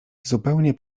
zupełnie